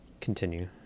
Continue